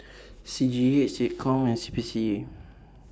C G E Seccom and C P C A